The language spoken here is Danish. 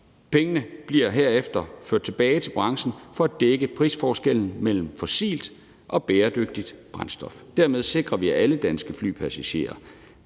Pengene bliver herefter ført tilbage til branchen for at dække prisforskellen mellem fossilt og bæredygtigt brændstof. Dermed sikrer vi, at alle danske flypassagerer